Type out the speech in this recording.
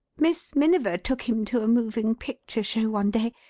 miss miniver took him to a moving-picture show one day.